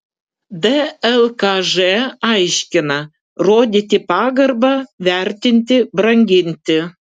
dlkž aiškina rodyti pagarbą vertinti branginti